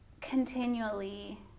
continually